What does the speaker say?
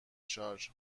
شارژ